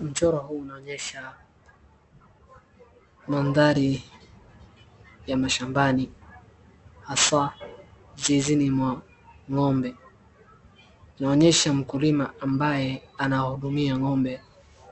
Mchoro huu unaonyesha mandhari ya mashabani hasa zizini mwa ng'ombe inaonyesha mkulima ambaye anahudumia ng'ombe